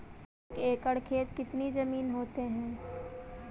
एक एकड़ खेत कितनी जमीन होते हैं?